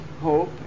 hope